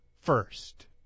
first